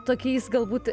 tokiais galbūt